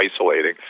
isolating